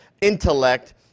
intellect